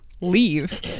leave